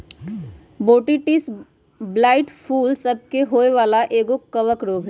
Botrytis blight फूल सभ के होय वला एगो कवक रोग हइ